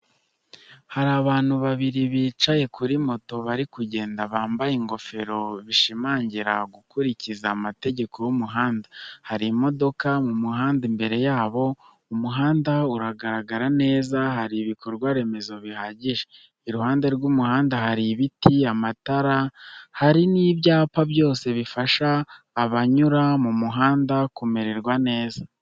Hari abantu babiri bicaye kuri moto bari kugenda, bambaye ingofero bishimangira gukurikiza amategeko y’umuhanda. Hari imodoka mu muhanda imbere yabo, umuhanda uragaragara neza hari ibikorwa remezo bihagije, iruhande rw'umuhanda hari ibiti, amatara hari n'ibyapa byose bifasha abanyura mu muhanda kumererwa neza.